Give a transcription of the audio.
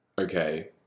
okay